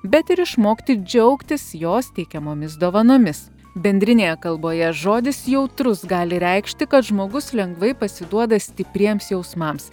bet ir išmokti džiaugtis jos teikiamomis dovanomis bendrinėje kalboje žodis jautrus gali reikšti kad žmogus lengvai pasiduoda stipriems jausmams